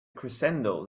crescendo